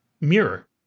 mirror